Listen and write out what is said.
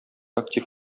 актив